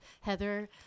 Heather